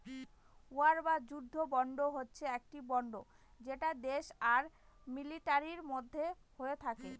war বা যুদ্ধ bond হচ্ছে একটি বন্ড যেটা দেশ আর মিলিটারির মধ্যে হয়ে থাকে